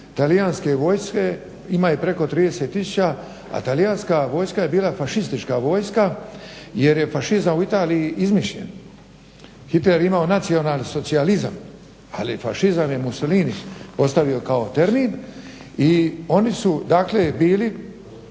talijanske vojske, ima ih preko 30 tisuća, a talijanska vojska je bila fašistička vojska jer je fašizam u Italiji izmišljen. Hitler je imao nacionalni socijalizam, ali fašizam je Mussollini postavio kao termin i oni su dakle bili